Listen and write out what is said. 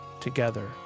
together